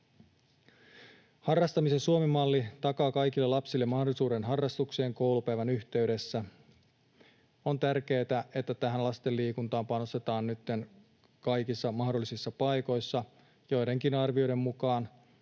Harrastamisen Suomen malli takaa kaikille lapsille mahdollisuuden harrastukseen koulupäivän yhteydessä. On tärkeätä, että lasten liikuntaan panostetaan nytten kaikissa mahdollisissa paikoissa. Joidenkin arvioiden mukaan